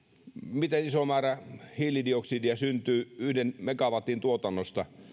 miten iso määrä hiilidioksidia syntyy yhden megawatin tuotannosta